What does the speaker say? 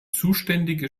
zuständige